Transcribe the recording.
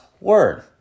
Word